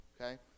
Okay